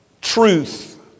truth